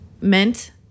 meant